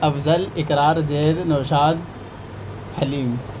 افضل Iqrar Zaid Naushad حلیم